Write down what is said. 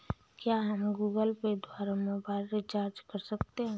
क्या हम Google Pay द्वारा मोबाइल रिचार्ज कर सकते हैं?